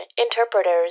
interpreters